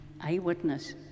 eyewitness